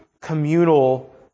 communal